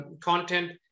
content